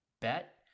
bet